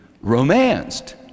romanced